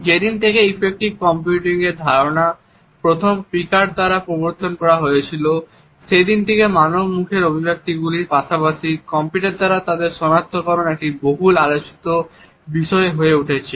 যেদিন থেকে এফেক্টিভ কম্পিউটিংয়ের ধারণাটি প্রথম পিকার্ড দ্বারা প্রবর্তিত করা হয়েছিল সেদিন থেকে মানব মুখের অভিব্যক্তিগুলির পাশাপাশি কম্পিউটার দ্বারা তাদের সনাক্তকরণ একটি বহুল আলোচিত বিষয় হয়ে উঠেছে